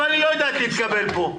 אבל היא לא יודעת להתקבל פה.